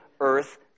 earth